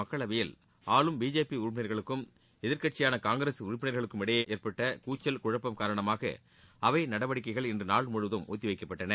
மக்களவையில் ஆளும் பிஜேபி உறுப்பினர்களுக்கும் எதிர்க்கட்சியான காங்கிரஸ் நாடாளுமன்ற உறப்பினர்களுக்கும் இடையே ஏற்பட்ட கூச்சல் குழப்பம் காரணமாக அவை நடவடிக்கைகள் இன்று நாள் முழுவதும் ஒத்திவைக்கப்பட்டன